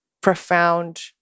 profound